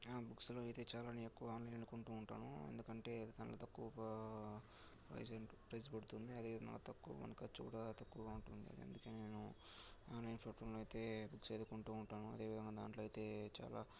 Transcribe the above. బుక్స్లో అయితే చాలా నేను ఎక్కువ ఆన్లైన్లోనే కొంటూ ఉంటాను ఎందుకంటే దాంట్లో తక్కువ ఒక ప్రైస్ ప్రైస్ పడుతుంది అదేవిధంగా తక్కువ మన ఖర్చు కూడా తక్కువ ఉంటుంది అందుకే నేను ఆన్లైన్ ప్లాట్ఫామ్లో అయితే బుక్స్ అయితే కొంటూ ఉంటాను అదేవిధంగా దాంట్లో అయితే చాలా